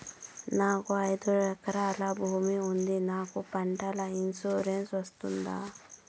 నాకు ఐదు ఎకరాల భూమి ఉంది నాకు పంటల ఇన్సూరెన్సుకు వస్తుందా?